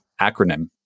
acronym